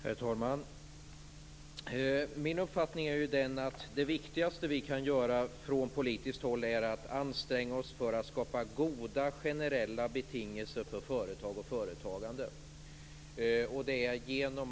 Herr talman! Min uppfattning är den att det viktigaste vi kan göra från politiskt håll är att anstränga oss för att skapa goda generella betingelser för företag och företagande.